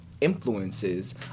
influences